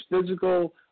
physical